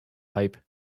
pipe